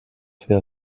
fer